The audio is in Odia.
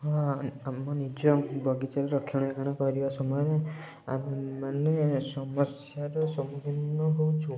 ହଁ ଆମ ନିଜ ବଗିଚାରେ ରକ୍ଷଣବେକ୍ଷଣ କରିବା ସମୟରେ ଆମ ମାନେ ସମସ୍ୟାରେ ସମ୍ମୁଖୀନ ହଉଛୁ